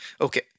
Okay